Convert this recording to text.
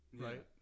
Right